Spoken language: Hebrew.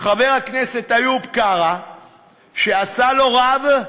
חבר הכנסת איוב קרא, שעשה לו רב,